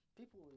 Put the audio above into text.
people